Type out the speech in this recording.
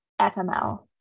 FML